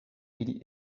ili